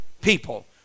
people